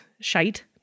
shite